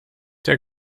der